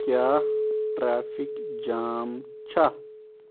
کیاہ traffic jam چھا ؟